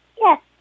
Yes